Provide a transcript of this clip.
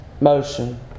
Motion